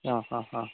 ആ ആ ആ